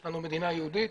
יש לנו מדינה יהודית